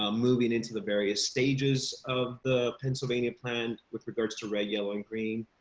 um moving into the various stages of the pennsylvania plan with regards to red, yellow and green.